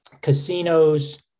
casinos